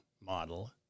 model